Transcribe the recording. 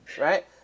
right